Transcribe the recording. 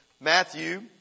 Matthew